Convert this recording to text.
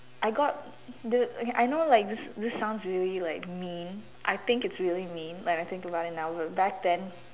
I got this okay I know like this this sounds really like mean I think it's really mean when I think about it now will back then